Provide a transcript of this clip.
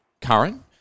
current